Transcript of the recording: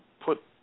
put